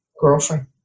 girlfriend